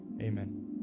Amen